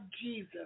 Jesus